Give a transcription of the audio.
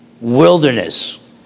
wilderness